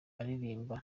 aririmba